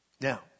Now